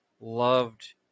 loved